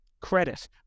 credit